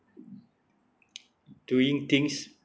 doing things